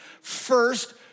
first